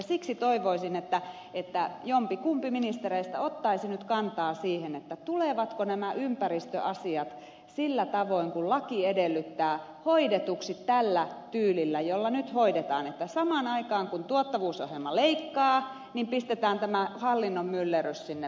siksi toivoisin että jompikumpi ministereistä ottaisi nyt kantaa siihen tulevatko nämä ympäristöasiat sillä tavoin kuin laki edellyttää hoidetuiksi tällä tyylillä jolla nyt hoidetaan että samaan aikaan kun tuottavuusohjelma leikkaa pistetään tämä hallinnon myllerrys sinne päälle